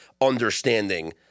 understanding